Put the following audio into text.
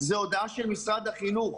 זו הודעה של משרד החינוך.